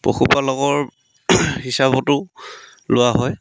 পশুপালকৰ হিচাপতো লোৱা হয়